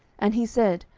and he said,